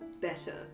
better